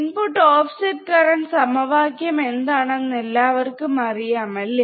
input offset current സമവാക്യം എന്താണെന്ന് എല്ലാവർക്കും അറിയാം അല്ലേ